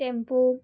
tempo